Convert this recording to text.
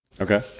okay